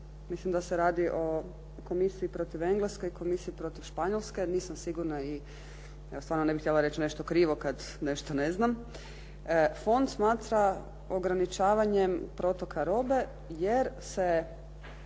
mislim da se radi o komisiji protiv Engleske i i komisiji protiv Španjolske jer nisam sigurna i stvarno ne bih htjela reći nešto krivo kad nešto ne znam fond smatra ograničavanjem protoka robe, jer se